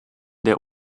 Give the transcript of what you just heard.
der